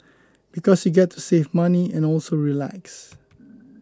because you get to save money and also relax